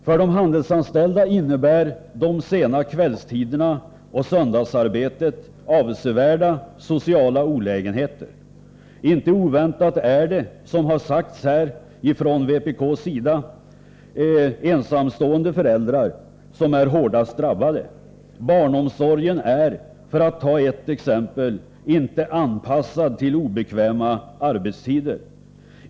För de handelsanställda innebär de sena kvällstiderna och söndagsarbetet avsevärda sociala olägenheter. Inte oväntat är det, såsom här sagts från vpk, ensamstående föräldrar som är hårdast drabbade. Barnomsorgen är, för att ta ett exempel, inte anpassad till obekväma arbetstider.